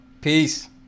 peace